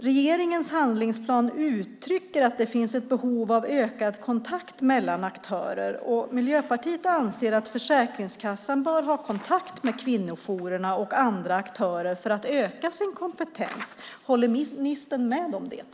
Regeringens handlingsplan uttrycker att det finns ett behov av ökad kontakt mellan aktörer. Miljöpartiet anser att Försäkringskassan bör ha kontakt med kvinnojourerna och andra aktörer för att öka sin kompetens. Håller ministern med om det?